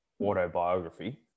autobiography